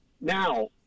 Now